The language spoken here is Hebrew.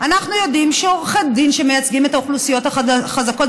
אנחנו יודעים שעורכי דין שמייצגים את האוכלוסיות החזקות,